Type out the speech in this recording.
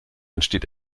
entsteht